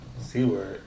C-word